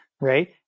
right